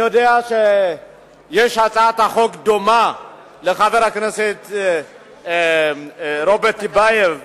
אני יודע שיש הצעת חוק דומה לחבר הכנסת רוברט טיבייב.